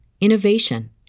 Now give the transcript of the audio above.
innovation